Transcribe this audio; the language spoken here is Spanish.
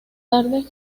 tarde